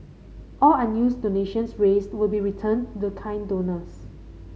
all unused donations raised will be returned to kind donors